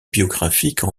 biographiques